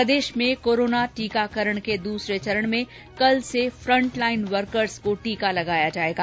प्रदेश में कोरोना टीकाकरण के दूसरे चरण में कल से फ्रंटलाईन वर्कर्स को टीका लगाया जायेगा